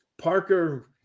Parker